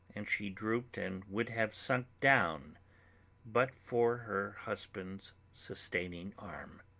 and she drooped and would have sunk down but for her husband's sustaining arm.